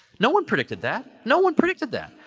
no one predicted that. no one predicted that.